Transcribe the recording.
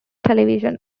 television